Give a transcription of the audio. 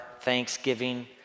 Thanksgiving